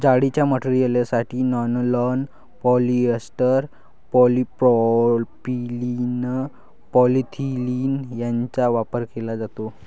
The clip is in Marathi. जाळीच्या मटेरियलसाठी नायलॉन, पॉलिएस्टर, पॉलिप्रॉपिलीन, पॉलिथिलीन यांचा वापर केला जातो